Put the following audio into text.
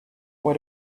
why